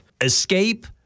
escape